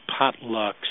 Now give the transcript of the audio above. Potlucks